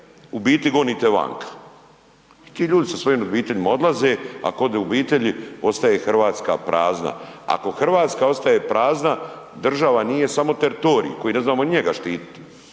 biti gonite vanka. I ti ljudi sa svojim obiteljima odlaze, ako odu obitelji ostaje Hrvatska prazna. Ako Hrvatska ostaje prazna, država nije samo teritorij koji ne znamo ni njega štititi,